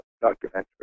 documentary